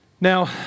Now